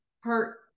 hurt